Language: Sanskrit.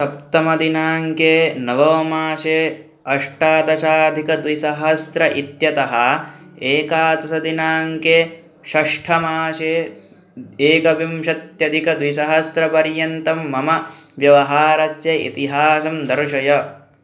सप्तमदिनाङ्के नवमासे अष्टादशाधिकद्विसहस्र इत्यतः एकादशदिनाङ्के षष्ठमासे एकविंशत्यधिकद्विसहस्रपर्यन्तं मम व्यवहारस्य इतिहासं दर्शय